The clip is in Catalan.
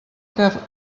que